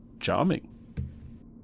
Charming